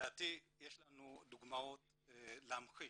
ולדעתי יש לנו דוגמאות להמחיש,